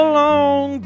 long